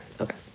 okay